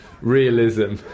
realism